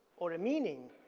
or a meaning,